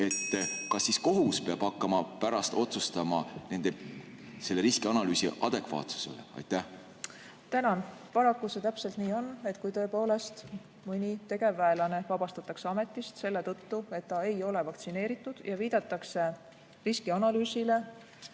–, kas siis kohus peab hakkama pärast otsustama selle riskianalüüsi adekvaatsuse üle? Tänan! Paraku see täpselt nii on, et kui tõepoolest mõni tegevväelane vabastatakse ametist selle tõttu, et ta ei ole vaktsineeritud, ja viidatakse riskianalüüsile,